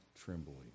trembling